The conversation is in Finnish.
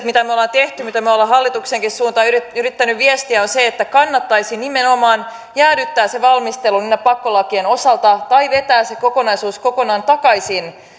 mitä me olemme tehneet mitä me olemme hallituksenkin suuntaan yrittäneet viestiä on se että kannattaisi nimenomaan jäädyttää se valmistelu niiden pakkolakien osalta tai vetää se kokonaisuus kokonaan takaisin